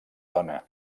dona